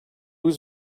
was